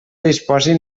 disposin